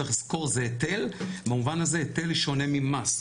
צריך לזכור, זה היטל, במובן הזה היטל שונה ממס.